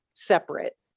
Separate